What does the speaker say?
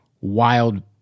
Wild